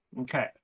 Okay